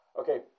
Okay